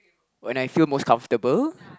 when I feel most comfortable